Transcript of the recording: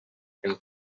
and